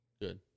Good